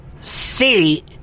see